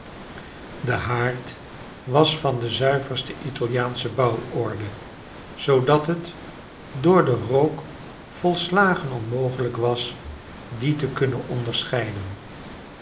de haard was van de zuiverste italiaansche bouworde zoodat het door den rook volslagen onmogelijk was dien te kunnen onderscheiden